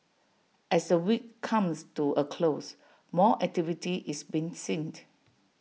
as the week comes to A close more activity is been seen